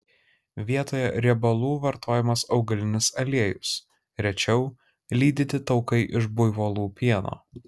vietoje riebalų vartojamas augalinis aliejus rečiau lydyti taukai iš buivolų pieno